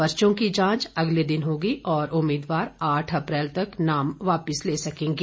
पर्चों की जांच अगले दिन होगी और उम्मीदवार आठ अप्रैल तक नाम वापस ले सकेंगे